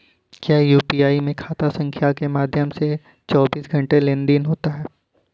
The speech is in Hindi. क्या यू.पी.आई में खाता संख्या के माध्यम से चौबीस घंटे लेनदन होता है?